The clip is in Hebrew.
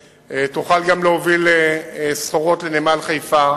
היא תוכל גם להוביל סחורות לנמל חיפה,